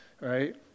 right